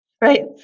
right